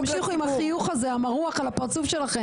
תמשיכו עם החיוך הזה המרוח על הפרצוף שלכם.